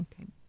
Okay